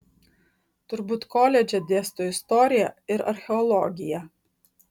turbūt koledže dėsto istoriją ir archeologiją